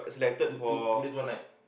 two two two days one night